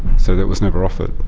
so that was never offered.